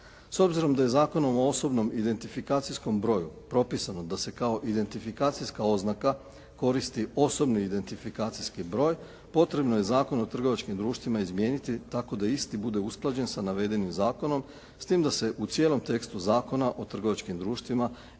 S obzirom da je Zakonom o osobnom identifikacijskom broju propisano da se kao identifikacijska oznaka koristi osobni identifikacijski broj potrebno je Zakon o trgovačkim društvima izmijeniti tako da isti bude usklađen sa navedenim zakonom, s tim da se u cijelom tekstu Zakona o trgovačkim društvima riječi